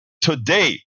Today